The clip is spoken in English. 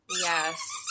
Yes